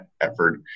effort